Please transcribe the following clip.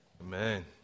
Amen